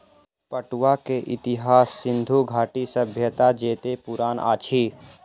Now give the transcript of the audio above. पटुआ के इतिहास सिंधु घाटी सभ्यता जेतै पुरान अछि